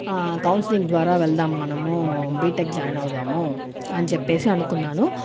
counselling ద్వారా వెళ్దాం మనము బీటెక్ జాయిన్ అవుదాము అని చెప్పేసి అనుకున్నాను